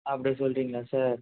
அப்படி சொல்கிறிங்களா சார்